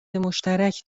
مشترک